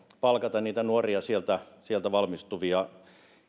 niitä nuoria sieltä sieltä valmistuvia